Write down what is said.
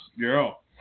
girl